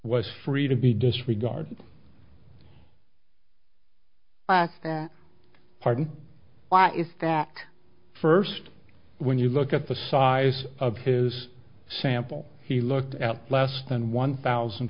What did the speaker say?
was free to be disregarded that pardon why is that first when you look at the size of his sample he looked at less than one thousand